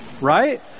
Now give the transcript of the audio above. right